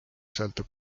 sõltub